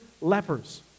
lepers